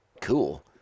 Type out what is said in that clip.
cool